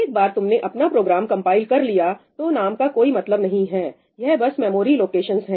एक बार तुमने अपना प्रोग्राम कंपाइल कर लिया तो नाम का कोई मतलब नहीं है यह बस मेमोरी लोकेशन्स हैं